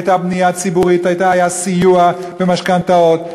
הייתה בנייה ציבורית, היה סיוע במשכנתאות.